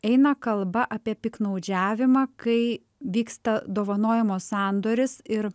eina kalba apie piktnaudžiavimą kai vyksta dovanojimo sandoris ir